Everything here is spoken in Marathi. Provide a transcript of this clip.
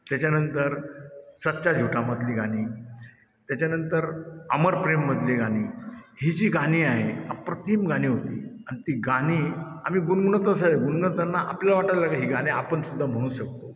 त्याच्यानंतर सच्चा झुटामधली गाणी त्याच्यानंतर अमर प्रेममधली गाणी ही जी गाणी आहे अप्रतिम गाणी होती आणि ती गाणी आम्ही गुणगुणत असे गुणगुणताना आपलं वाटायला लागे हे गाणी आपणसुद्धा म्हणू शकतो